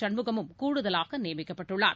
சண்முகமும் கூடுதலாகநியமிக்கப்பட்டுள்ளார்